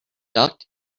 duck